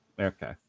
Okay